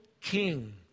king